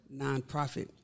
nonprofit